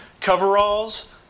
coveralls